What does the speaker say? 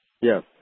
Yes